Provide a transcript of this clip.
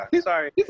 Sorry